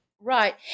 Right